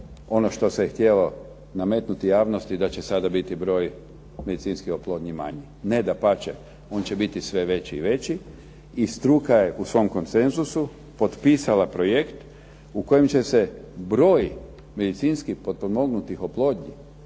ono što se htjelo nametnuti javnosti da će sada broj medicinske oplodnje biti manji, dapače on će biti sve veći i veći i struka je u svom konsenzusu potpisala projekt u kojem će se broj medicinski potpomognutih oplodnji